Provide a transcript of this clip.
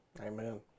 Amen